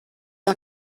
are